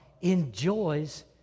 enjoys